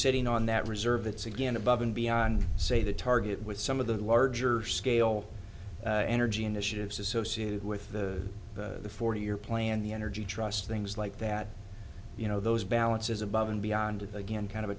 sitting on that reserve it's again above and beyond say the target with some of the larger scale energy initiatives associated with the forty year plan the energy trust things like that you know those balances above and beyond again kind of a